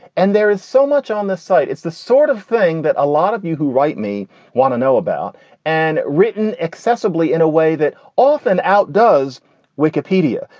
and there is so much on this site. it's the sort of thing that a lot of you who write me want to know about and written accessibly in a way that often outdoes wikipedia.